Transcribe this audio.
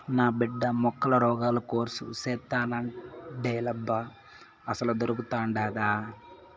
నా బిడ్డ మొక్కల రోగాల కోర్సు సేత్తానంటాండేలబ్బా అసలదొకటుండాదా